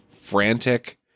frantic